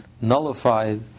nullified